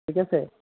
ঠিক আছে